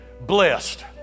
blessed